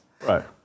Right